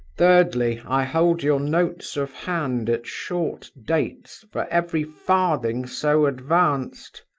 thirdly, i hold your notes of hand, at short dates, for every farthing so advanced.